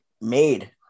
made